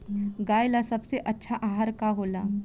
गाय ला सबसे अच्छा आहार का होला?